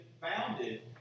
founded